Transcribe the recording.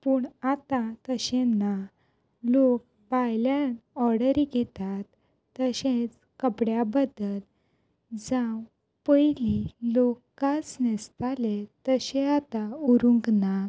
पूण आतां तशें ना लोक भायल्यान ऑर्डरी घेतात तशेंच कपड्या बद्दल जांव पयली लोक कांस न्हेसताले तशे आतां उरूंक ना